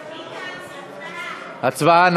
הצבעה.